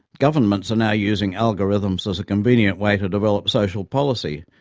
governments are now using algorithms as a convenient way to develop social policy,